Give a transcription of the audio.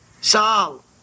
Sal